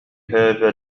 هذا